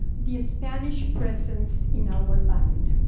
the spanish presence in our land.